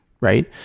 right